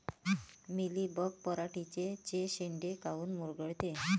Mealybug पराटीचे चे शेंडे काऊन मुरगळते?